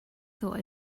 thought